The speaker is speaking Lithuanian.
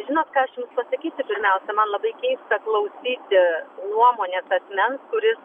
žinot ką aš jums pasakysiu pirmiausia man labai keista klausyti nuomonės asmens kuris